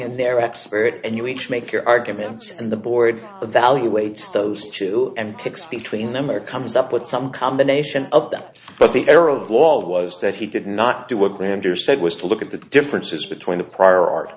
in their expert and you each make your arguments and the board evaluates those two and picks between them or comes up with some combination of that but the error of law was that he did not do a grander said was to look at the differences between the prior art